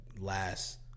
last